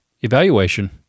evaluation